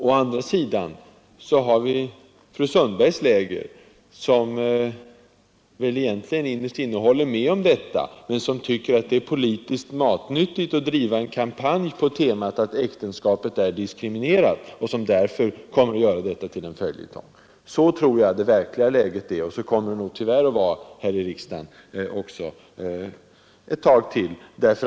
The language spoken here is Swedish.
Å andra sidan har vi fru Sundbergs läger, som väl egentligen innerst inne håller med om detta, men som tycker att det är politiskt matnyttigt att driva en kampanj på temat att äktenskapet är diskriminerat, och som därför kommer att göra detta till en följetong. Så tror jag det verkliga läget är och så kommer det nog tyvärr att vara här i riksdagen ännu ett bra tag.